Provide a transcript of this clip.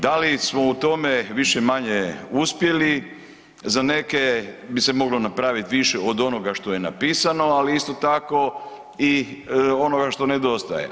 Da li smo u tome više-manje uspjeli, za neke bi se moglo napraviti više od onoga što je napisano, ali isto tako i onoga što nedostaje.